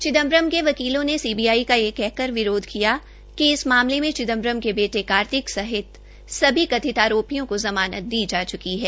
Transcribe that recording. चिदम्बर के वकीलों ने सीबीआई का यह कहकर विरोध किया कि इस मामले में चिदम्बरम के बेटे कार्तिक समेत सभी कथित आरोपियों की ज़मानत दी जा च्की है